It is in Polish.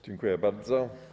Dziękuję bardzo.